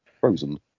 frozen